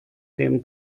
dem